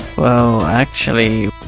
well, actually,